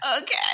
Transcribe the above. Okay